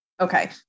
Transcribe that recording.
Okay